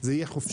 זה יהיה חופשי.